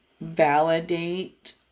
validate